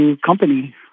Company